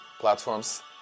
platforms